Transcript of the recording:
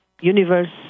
universe